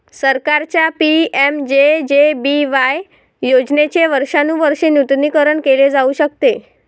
सरकारच्या पि.एम.जे.जे.बी.वाय योजनेचे वर्षानुवर्षे नूतनीकरण केले जाऊ शकते